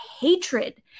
hatred